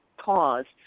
caused